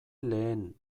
lehen